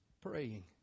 praying